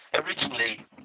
originally